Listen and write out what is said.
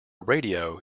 radio